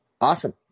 Awesome